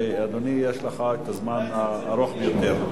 אדוני, יש לך את הזמן הארוך ביותר.